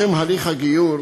לשם הליך הגיור,